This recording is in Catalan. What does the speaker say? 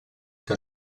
que